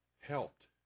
helped